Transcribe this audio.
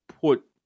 put